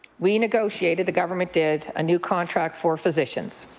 we negotiated the government did, a new contract for physicians.